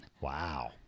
Wow